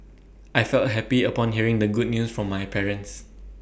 I felt happy upon hearing the good news from my parents